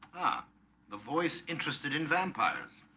ah the voice interested in vampires